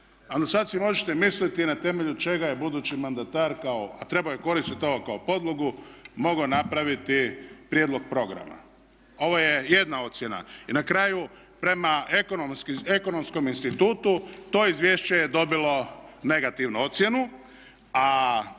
Sad si možete misliti na temelju čega je budući mandatar kao, a trebao je koristiti ovo kao podlogu, mogao napraviti prijedlog programa. Ovo je jedna ocjena. I na kraju prema Ekonomskom institutu to izvješće je dobilo negativnu ocjenu.